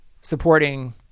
supporting